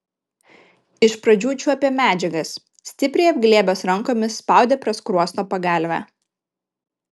iš pradžių čiuopė medžiagas stipriai apglėbęs rankomis spaudė prie skruosto pagalvę